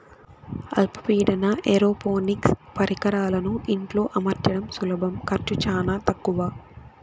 అల్ప పీడన ఏరోపోనిక్స్ పరికరాలను ఇంట్లో అమర్చడం సులభం ఖర్చు చానా తక్కవ